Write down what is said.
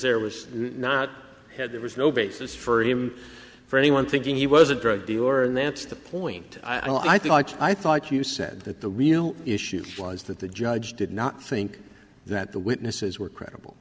there was not had there was no basis for him for anyone thinking he was a drug dealer and that's the point i thought i thought you said that the real issue was that the judge did not think that the witnesses were credible